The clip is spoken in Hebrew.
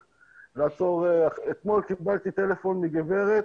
אתמול קיבלתי טלפון מגברת